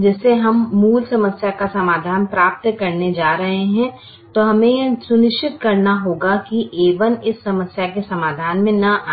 जिससे हम मूल समस्या का समाधान प्राप्त करने जा रहे हैं तो हमें यह सुनिश्चित करना होगा कि a1 इस समस्या के समाधान में न आए